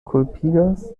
kulpigas